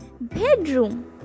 Bedroom